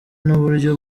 n’uburyo